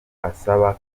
asaba